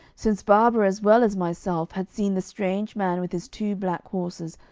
since barbara as well as myself had seen the strange man with his two black horses,